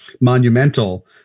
monumental